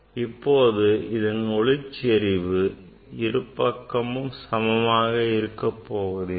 இப்போது இதன் ஒளிச்செறிவு இரு பக்கமும் சமமாக இருக்கப்போவதில்லை